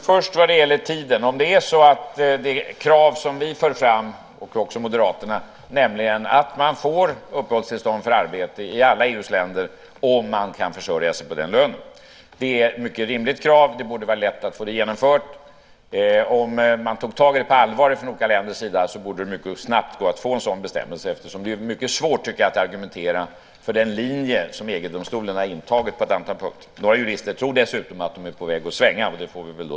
Fru talman! Det krav som vi och Moderaterna för fram innebär att man ska få uppehållstillstånd för arbete i alla EU:s länder om man kan försörja sig på sin lön. Det är ett mycket rimligt krav som borde vara lätt att få genomfört. Om olika länder tog tag i det på allvar borde det gå mycket snabbt att införa en sådan bestämmelse. Det är mycket svårt att argumentera för den linje som EG-domstolen har intagit på ett antal punkter. Nu tror några jurister dessutom att man är på väg att svänga, men det får vi väl se.